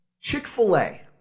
Chick-fil-A